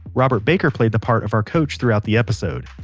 robert baker played the part of our coach throughout the episode.